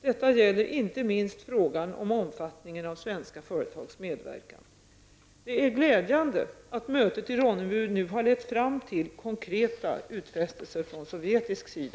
Detta gäller inte minst frågan om omfattningen av svenska företags medverkan. Det är glädjande att mötet i Ronneby nu har lett fram till konkreta utfästelser från sovjetisk sida.